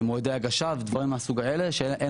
מועדי הגשה דברים מהסוג הזה שאין